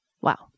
Wow